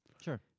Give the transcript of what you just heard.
Sure